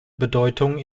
bedeutung